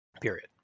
period